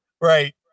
Right